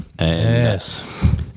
Yes